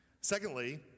Secondly